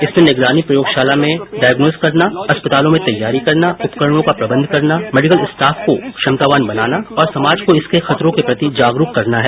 इसमें निगरानी प्रयोगशाला में डायगनोज करना अस्पतालों में तैयारी करना उपकरणों का प्रबंध करना मेडिकल स्टॉफ को क्षमतावान बनाना और समाज को इसके खतरों के प्रति जागरूक करना है